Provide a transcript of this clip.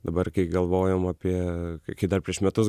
dabar kai galvojom apie kai kai dar prieš metus